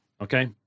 okay